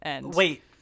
Wait